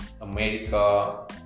America